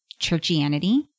churchianity